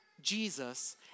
Jesus